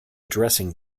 dressing